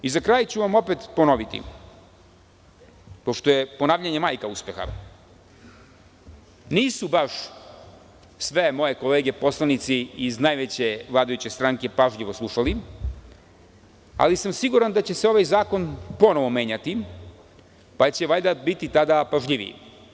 Za kraj ću vam opet ponoviti, pošto je ponavljanje majka uspeha, nisu baš sve moje kolege poslanici iz najveće vladajuće stranke pažljivo slušali, ali sam siguran da će se ovaj zakon ponovo menjati, pa će valjda biti tada pažljiviji.